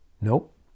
Nope